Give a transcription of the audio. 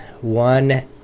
one